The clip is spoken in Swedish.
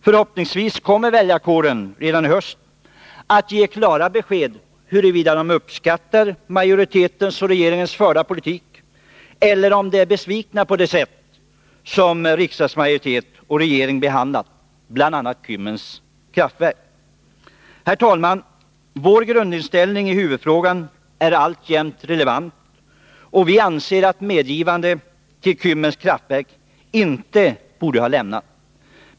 Förhoppningsvis kommer väljarkåren redan i höst att ge klara besked om huruvida den uppskattar riksdagsmajoritetens och regeringens politik eller om den är besviken över det sätt på vilket riksdagsmajoritet och regering behandlat bl.a. frågan om Kymmens kraftverk. Herr talman! Vår grundinställning i huvudfrågan är alltjämt relevant, och vi anser att medgivande beträffande Kymmens kraftverk inte borde ha gjorts.